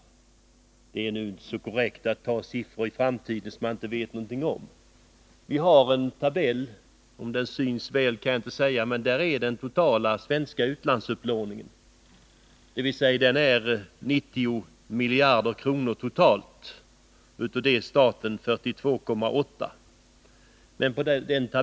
Men det är nu inte så korrekt att ta en siffra i framtiden som man inte vet någonting om. Vi kan nu på TV-skärmen se ett diagram för den totala svenska utlandsupplåningen. Den är nu 90 miljarder, varav för statens del 42,8 miljarder.